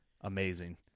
Amazing